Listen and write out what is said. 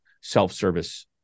self-service